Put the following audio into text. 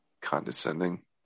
condescending